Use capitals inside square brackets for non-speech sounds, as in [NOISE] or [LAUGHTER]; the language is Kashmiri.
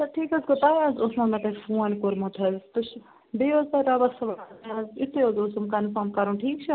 اَچھا ٹھیٖک حظ گوٚو تۄہہِ حظ اوسمو مےٚ تۄہہِ فون کوٚرمُت حظ تُہۍ چھُ بِہِو حظ تُہۍ رۄبَس [UNINTELLIGIBLE] یِتُے حظ اوسُم کَنفٲم کَرُن ٹھیٖک چھا